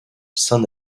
saint